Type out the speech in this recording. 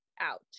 out